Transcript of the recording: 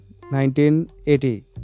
1980